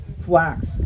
Flax